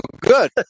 good